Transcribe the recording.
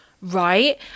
Right